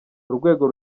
urwego